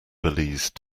belize